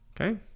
Okay